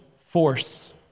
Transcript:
force